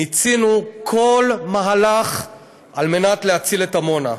מיצינו כל מהלך על מנת להציל את עמונה.